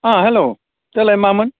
हेल' देलाय मामोन